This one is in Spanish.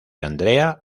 andrea